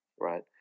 right